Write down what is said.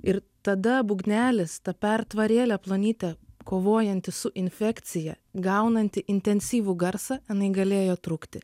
ir tada būgnelis ta pertvarėlė plonytė kovojanti su infekcija gaunanti intensyvų garsą jinai galėjo trūkti